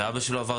גם אביו,